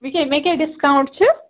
وۄنۍ کیٛاہ مےٚ کیٛاہ ڈِسکاوُنٛٹ چھِ